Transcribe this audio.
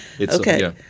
Okay